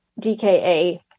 DKA